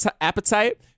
appetite